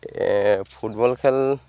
football খেল